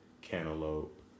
cantaloupe